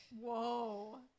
Whoa